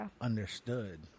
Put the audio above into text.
understood